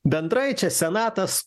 bendrai čia senatas